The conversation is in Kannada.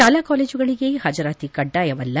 ಶಾಲಾ ಕಾಲೇಜುಗಳಿಗೆ ಹಾಜರಾತಿ ಕಡ್ಡಾಯವಲ್ಲ